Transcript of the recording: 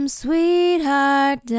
sweetheart